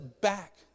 back